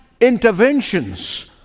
interventions